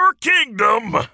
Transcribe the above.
kingdom